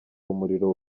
umuriro